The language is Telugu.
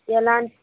ఎలాంట్